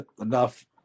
enough –